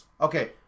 Okay